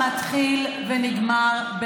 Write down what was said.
מתחיל ונגמר,